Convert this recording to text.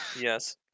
Yes